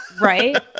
Right